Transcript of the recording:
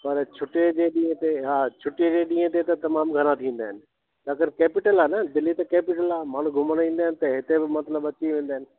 पर छुट्टीअ जे ॾींहुं ते हा छुट्टीअ जे ॾींहुं ते त तमामु घणा थींदा आहिनि अगरि कैपिटल आहे न दिल्ली त कैपिटल आहे माण्हू घुमण ईंदा आहिनि त हिते बि मतिलबु अची वेंदा आहिनि